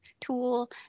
tool